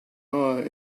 hire